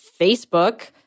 Facebook